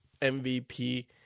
MVP